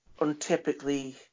untypically